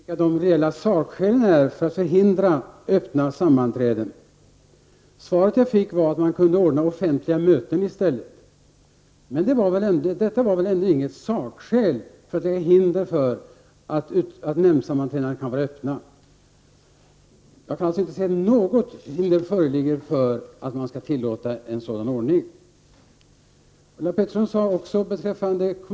Herr talman! Jag frågade Ulla Pettersson vilka de reella sakskälen är för att förhindra öppna sammanträden. Svaret jag fick var att man kan ordna offentliga möten i stället. Detta var väl ändå inget sakskäl mot öppna sammanträden. Jag kan alltså inte se att det föreligger något hinder för att ordna öppna sammanträden.